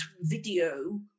video